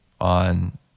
on